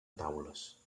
taules